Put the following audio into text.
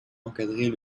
encadrer